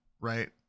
right